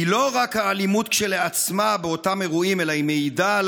היא לא רק האלימות כשלעצמה באותם אירועים אלא היא מעידה על